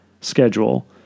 schedule